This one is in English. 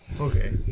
okay